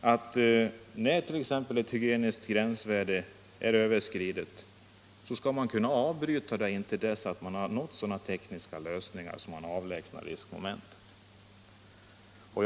att när t.ex. ett hygieniskt gränsvärde överskridits skall man kunna avbryta arbetet tills sådana tekniska lösningar uppnåtts att riskmomentet avlägsnats.